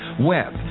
Web